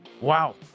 Wow